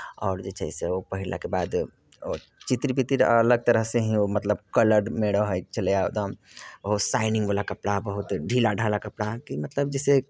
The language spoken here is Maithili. आओर जे छै से ओ पहिरलाके बाद ओ चितिर बितिर अलग तरहसँ ही ओ मतलब कलर्डमे रहै छलै एकदम ओ शाइनिंगवला कपड़ा बहुत ढीला ढाला कपड़ा कि मतलब जैसे